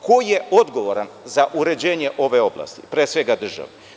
Ko je odgovoran za uređenje ove oblasti, pre svega države?